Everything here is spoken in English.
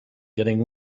getting